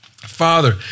Father